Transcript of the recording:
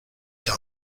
tom